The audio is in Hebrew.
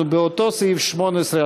אנחנו באותו סעיף 18,